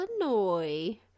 Illinois